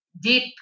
deep